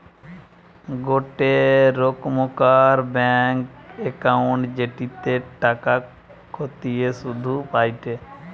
গোটে রোকমকার bank account জেটিতে টাকা খতিয়ে শুধ পায়টে